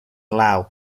laos